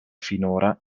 finora